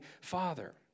Father